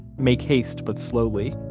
make haste, but slowly.